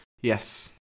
yes